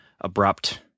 abrupt